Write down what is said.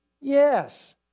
Yes